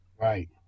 Right